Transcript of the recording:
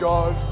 God